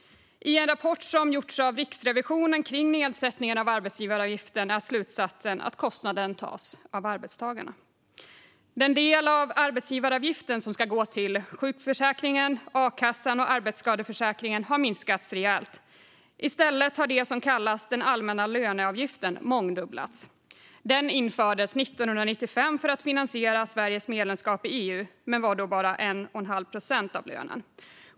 I en rapport som gjorts av Riksrevisionen om nedsättningar av arbetsgivaravgifter är slutsatsen att kostnaden tas av arbetstagarna. Den del av arbetsgivaravgifterna som ska gå till sjukförsäkringen, akassan och arbetsskadeförsäkringen har minskat rejält. I stället har det som kallas den allmänna löneavgiften mångdubblats. Den infördes 1995 för att finansiera Sveriges medlemskap i EU men var då bara 1 1⁄2 procent av lönen.